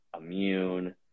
immune